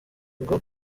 ngo